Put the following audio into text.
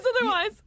otherwise